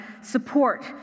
support